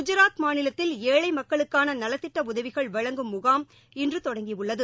கு ஜ ராத் மா நிலத்தில் ஏழை மக்களுக்கான நலத்திட்ட உதவிகள் வழங்கு ம் முகாம் இன்று தொடங்கியள்ளது